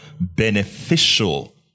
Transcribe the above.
beneficial